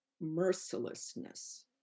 mercilessness